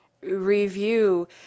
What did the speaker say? review